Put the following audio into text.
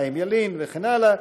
חיים ילין וכן הלאה,